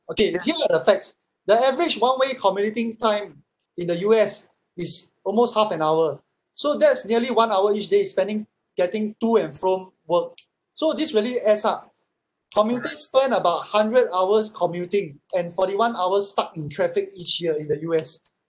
okay if you look at the facts the average one way commuting time in the U_S is almost half an hour so that's nearly one hour each day spending getting to and from work so this really adds up commuters spend about hundred hours commuting and forty one hours stuck in traffic each year in the U_S